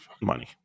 money